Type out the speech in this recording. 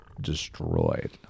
destroyed